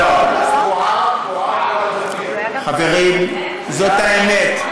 לא, חברים, זאת האמת.